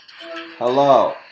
hello